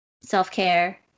self-care